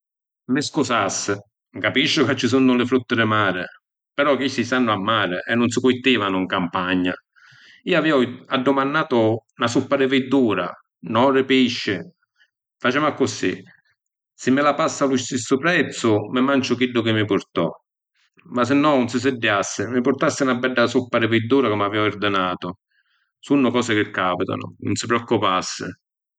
Mi scusassi, capisciu ca ci sunnu li frutti di mari, però chisti stannu a mari e nun si cultivanu ‘n campagna. Iu avìa addumannatu na suppa di virdura, no di pisci. Facemu accussì, si’ mi la passa a lu stessu prezzu, mi manciu chiddu chi mi purtò. Masinnò, nun si siddiassi, mi purtassi na bedda suppa di virdura comu avìa ordinatu. Sunnu cosi chi capitanu, nun si preoccupassi.